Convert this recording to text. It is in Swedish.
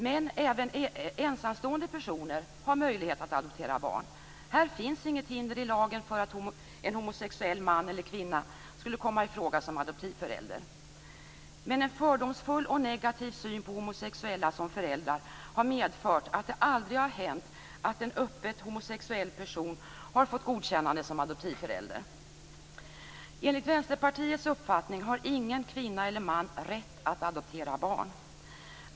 Men även ensamstående personer har möjlighet att adoptera barn. Här finns det inget hinder i lagen för att en homosexuell man eller kvinna skulle kunna komma i fråga som adoptivförälder. En fördomsfull och negativ syn på homosexuella som föräldrar har dock medfört att det aldrig har hänt att en öppet homosexuell person har fått godkännande som adoptivförälder. Enligt Vänsterpartiets uppfattning har ingen kvinna eller man rätt att adoptera barn.